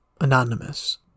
Anonymous